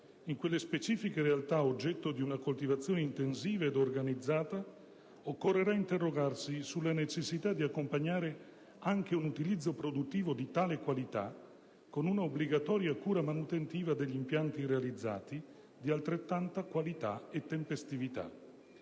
in quelle specifiche realtà, oggetto di una coltivazione intensiva ed organizzata. Occorrerà interrogarsi sulla necessità di accompagnare anche un utilizzo produttivo di tale qualità con una obbligatoria cura manutentiva degli impianti realizzati, che abbia altrettanta qualità e tempestività.